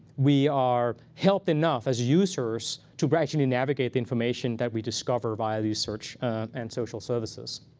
we are helped enough as users to but actually navigate the information that we discover via the search and social services.